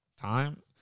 Time